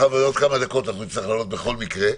--- מאחר ועוד כמה דקות אנחנו נצטרך לעלות בכל מקרה למליאה,